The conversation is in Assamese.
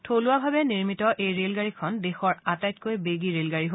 থলুৱাভাৱে নিৰ্মিত এই ৰেলগাড়ীখন দেশৰ আটাইতকৈ বেগী ৰেলগাড়ী